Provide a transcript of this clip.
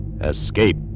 escape